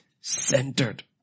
centered